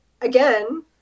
again